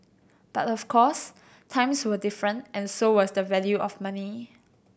but of course times were different and so was the value of money